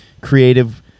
creative